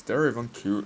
is terrier even cute